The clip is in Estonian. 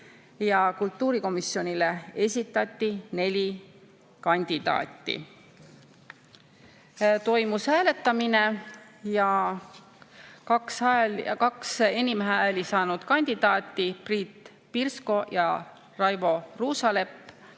Kultuurikomisjonile esitati neli kandidaati. Toimus hääletamine ja kaks enim hääli saanud kandidaati, Priit Pirsko ja Raivo Ruusalepp,